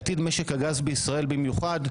לעתיד משק הגז לישראל במיוחד,